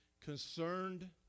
concerned